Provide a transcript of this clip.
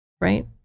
right